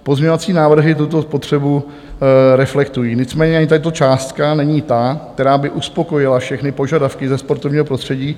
Pozměňovací návrhy tuto spotřebu reflektují, nicméně ani tato částka není ta, která by uspokojila všechny požadavky ze sportovního prostředí.